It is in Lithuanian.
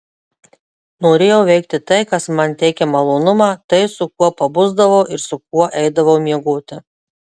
norėjau veikti tai kas man teikia malonumą tai su kuo pabusdavau ir su kuo eidavau miegoti